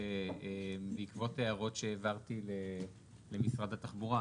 שבעקבות הערות שהעברתי למשרד התחבורה,